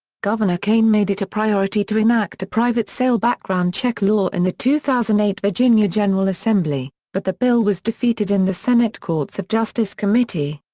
governor kaine made it a priority to enact a private sale background check law in the two thousand and eight virginia general assembly, but the bill was defeated in the senate courts of justice committee.